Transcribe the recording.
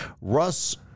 Russ